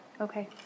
okay